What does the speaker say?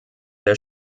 der